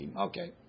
Okay